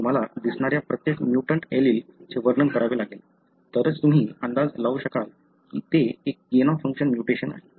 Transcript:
तुम्हाला दिसणाऱ्या प्रत्येक म्युटंट एलील चे वर्णन करावे लागेल तरच तुम्ही अंदाज लावू शकाल की ते एक गेन ऑफ फंक्शन म्युटेशन आहे